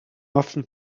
often